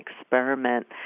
experiment